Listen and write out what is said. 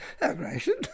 Aggression